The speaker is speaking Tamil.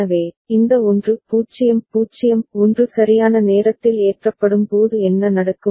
எனவே இந்த 1 0 0 1 சரியான நேரத்தில் ஏற்றப்படும் போது என்ன நடக்கும்